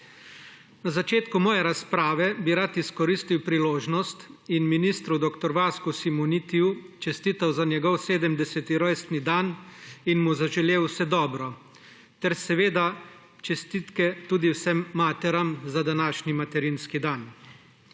Na začetku svoje razprave bi rad izkoristil priložnost in ministru dr. Vasku Simonitiju čestital za njegov 70. rojstni dan in mu zaželel vse dobro. Čestitke tudi vsem materam za današnji materinski dan.